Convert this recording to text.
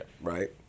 Right